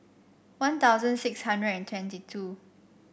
One Thousand six hundred and twenty two